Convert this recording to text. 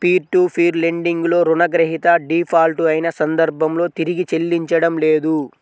peer to peer lending లో రుణగ్రహీత default అయిన సందర్భంలో తిరిగి చెల్లించడం లేదు